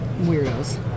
weirdos